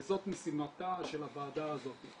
וזאת משימתה של הוועדה הזאת,